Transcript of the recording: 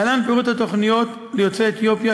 להלן פירוט התוכניות ליוצאי אתיופיה,